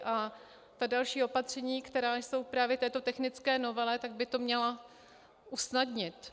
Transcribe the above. A ta další opatření, která jsou právě v této technické novele, by to měla usnadnit.